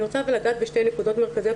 אני רוצה לגעת בשתי נקודות מרכזיות,